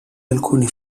alcuni